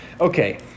Okay